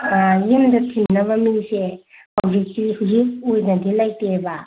ꯌꯨꯝꯗ ꯊꯤꯟꯅꯕ ꯃꯤꯁꯦ ꯍꯧꯖꯤꯛꯀꯤ ꯍꯧꯖꯤꯛ ꯑꯣꯏꯅꯗꯤ ꯂꯩꯇꯦꯕ